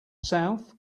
south